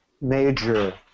major